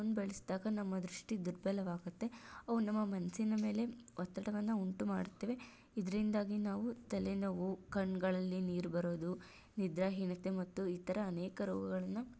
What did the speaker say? ಹೆಚ್ಚು ಹೊತ್ತು ಫೋನ್ ಬಳಸಿದಾಗ ನಮ್ಮ ದೃಷ್ಟಿ ದುರ್ಬಲವಾಗುತ್ತೆ ಅವು ನಮ್ಮ ಮನಸ್ಸಿನ ಮೇಲೆ ಒತ್ತಡವನ್ನು ಉಂಟುಮಾಡುತ್ತವೆ ಇದರಿಂದಾಗಿ ನಾವು ತಲೆನೋವು ಕಣ್ಗಳಲ್ಲಿ ನೀರು ಬರೋದು ನಿದ್ರಾಹೀನತೆ ಮತ್ತು ಇತರ ಅನೇಕ ರೋಗಗಳನ್ನು